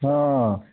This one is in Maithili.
हाँ